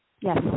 Yes